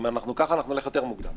אם אנחנו ככה נלך יותר מוקדם.